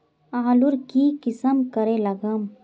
आलूर की किसम करे लागम?